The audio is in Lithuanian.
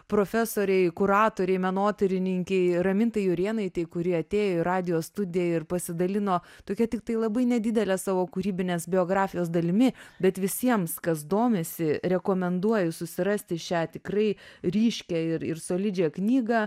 profesorei kuratorei menotyrininkei ramintai jurėnaitei kuri atėjo į radijo studiją ir pasidalino tokia tiktai labai nedidele savo kūrybinės biografijos dalimi bet visiems kas domisi rekomenduoju susirasti šią tikrai ryškią ir ir solidžią knygą